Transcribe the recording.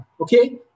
Okay